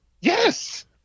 Yes